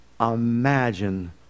imagine